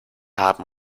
haben